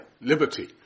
liberty